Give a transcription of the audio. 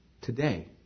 today